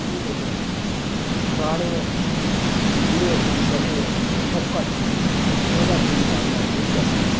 ਕੀ ਕਹਿੰਦੇ ਅਸੀਂ ਪੁਰਾਣੇ ਹੈ ਜਿਹਨੂੰ ਅਸੀਂ ਕਹਿੰਦੇ ਹੈ ਪਿਛੋਕੜ ਉਹਦਾ ਅਸੀਂ ਮੁਕਾਬਲਾ ਨਹੀਂ ਕਰ ਸਕਦੇ